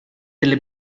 delle